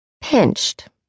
Pinched